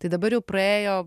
tai dabar jau praėjo